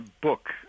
book